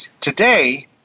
Today